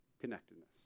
connectedness